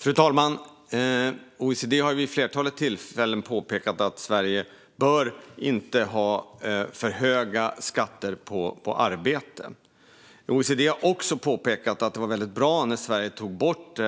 Fru talman! OECD har vid ett flertal tillfällen påpekat att Sverige inte bör ha för höga skatter på arbete. OECD har också påpekat att det var väldigt bra när Sverige tog bort